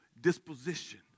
disposition